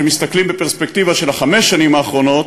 כשמסתכלים בפרספקטיבה של חמש השנים האחרונות,